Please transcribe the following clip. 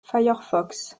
firefox